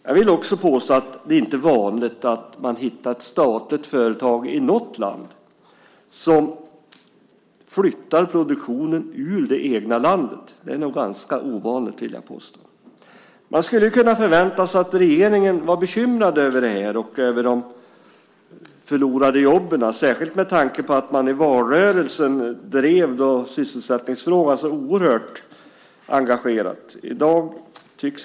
Jag vill påstå att det inte är vanligt att ett statligt företag flyttar produktionen ur det egna landet. Det är nog ganska ovanligt, vill jag påstå. Man skulle kunna förvänta sig att regeringen är bekymrad över detta och över de förlorade jobben, särskilt med tanke på att man drev sysselsättningsfrågan så oerhört engagerat i valrörelsen.